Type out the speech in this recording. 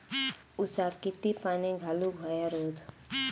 ऊसाक किती पाणी घालूक व्हया रोज?